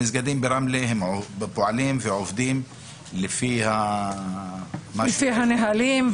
המסגדים ברמלה פועלים ועובדים לפי --- הם עובדים לפי הנהלים,